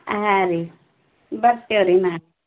ಹಾಂ ರಿ ಬರ್ತೇವೆರಿ ನಾ